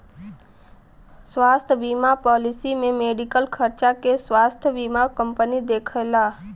स्वास्थ्य बीमा पॉलिसी में मेडिकल खर्चा के स्वास्थ्य बीमा कंपनी देखला